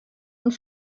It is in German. und